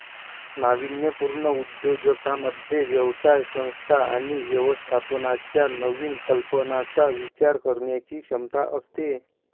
नाविन्यपूर्ण उद्योजकांमध्ये व्यवसाय संस्था आणि व्यवस्थापनाच्या नवीन कल्पनांचा विचार करण्याची क्षमता असते